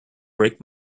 break